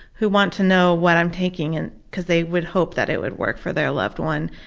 who want to know what i'm taking and because they would hope that it would work for their loved one,